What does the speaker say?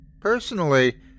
Personally